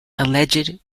alleged